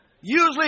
Usually